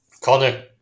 Connor